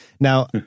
Now